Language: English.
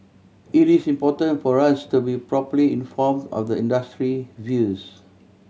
it is important for us to be properly informed of the industry views